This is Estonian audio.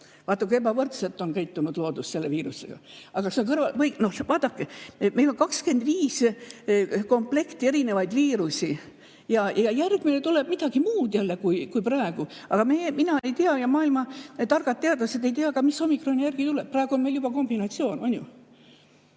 Vaata kui ebavõrdselt on käitunud loodus selle viirusega. Vaadake, meil on 25 komplekti erinevaid viirusi. Järgmine tuleb midagi muud kui praegu. Aga mina ei tea ja maailma targad teadlased ei tea, mis omikroni järel tuleb. Praegu on meil juba kombinatsioon.